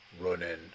running